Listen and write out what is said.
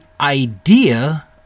idea